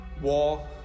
war